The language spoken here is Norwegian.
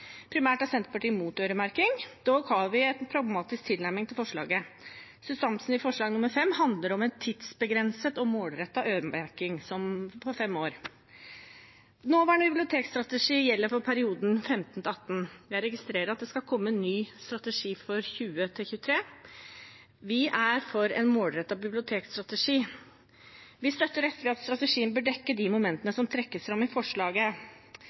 Primært er Senterpartiet imot øremerking – dog har vi en pragmatisk tilnærming til forslaget. Substansen i forslag nr. 5 handler om en tidsbegrenset og målrettet øremerking på fem år. Nåværende bibliotekstrategi gjelder for perioden 2015–2018. Jeg registrerer at det skal komme en ny nasjonal strategi for perioden 2020–2023. Vi er for en målrettet bibliotekstrategi. Vi støtter SV i at strategien bør dekke de momenter som trekkes fram i forslaget,